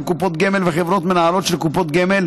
קופות גמל וחברות מנהלות של קופות גמל,